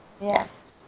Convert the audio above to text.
yes